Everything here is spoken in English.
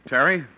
Terry